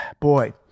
boy